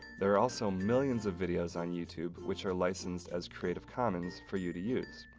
there are also millions of videos on youtube which are licensed as creative commons for you to use.